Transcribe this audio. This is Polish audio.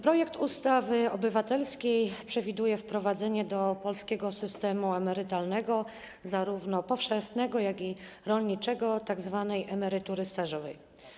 Projekt ustawy obywatelskiej przewiduje wprowadzenie do polskiego systemu emerytalnego zarówno powszechnego, jak i rolniczego tzw. emerytury stażowej.